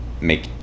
make